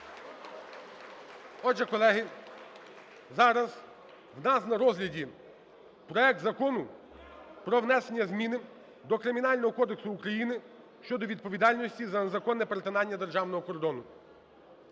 Отже, колеги, зараз у нас на розгляді проект Закону про внесення зміни до Кримінального кодексу України щодо відповідальності за незаконне перетинання державного кордону.